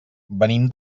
venim